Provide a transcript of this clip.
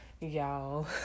y'all